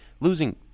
losing